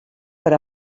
per